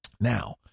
Now